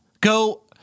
Go